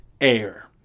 air